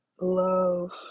love